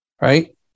right